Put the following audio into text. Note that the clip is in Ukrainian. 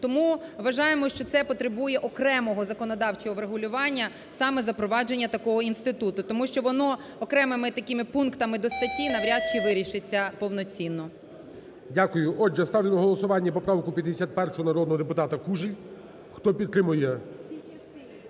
Тому, вважаємо, що це потребує окремого законодавчого врегулювання саме запровадження такого інституту, тому що воно окремими такими пунктами до статті навряд чи вирішиться повноцінно. ГОЛОВУЮЧИЙ. Дякую. Отже, ставлю на голосування поправку 51 народного депутата Кужель, хто підтримує…